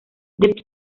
deep